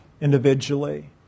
individually